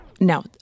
Now